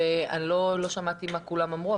לא שמעתי מה אמרו כולם,